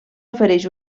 oferix